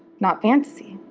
not fantasy.